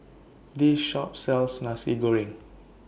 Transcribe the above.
This Shop sells Nasi Goreng